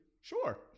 sure